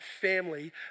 family